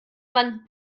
man